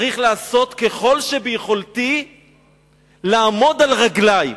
אני צריך לעשות ככל שביכולתי לעמוד על רגלי.